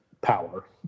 power